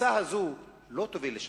התפיסה הזו לא תוביל לשלום.